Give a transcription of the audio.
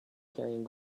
carrying